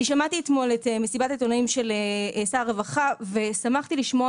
אני שמעתי אתמול את מסיבת העיתונאים של שר הרווחה ושמחתי לשמוע